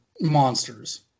monsters